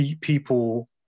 people